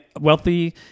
wealthy